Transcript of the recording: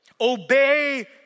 Obey